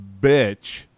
bitch